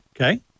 Okay